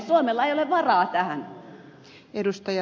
suomella ei ole varaa tähän